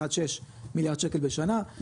1.6 מיליארד שקל בשנה,